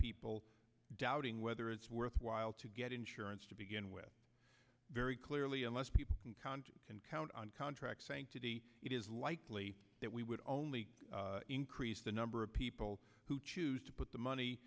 people doubting whether it's worthwhile to get insurance to begin with very clearly unless people can count on contract sanctity it is likely that we would only increase the number of people who choose to put the money